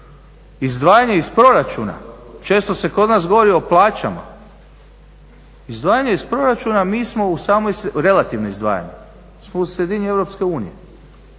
Izdvajanje iz proračuna, često se kod nas govori o plaćama, izdvajanje iz proračuna, mi smo u samoj, relativno izdvajanje, smo u sredini Europske unije,